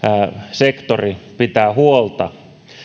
sektori josta pitää pitää huolta